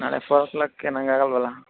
ನಾಳೆ ಫೋರ್ ಓ ಕ್ಲಾಕ್ಗೆ ನಂಗೆ ಆಗೋಲ್ವಲ್ಲ